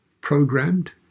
programmed